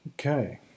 Okay